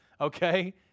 Okay